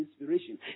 inspiration